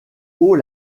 haut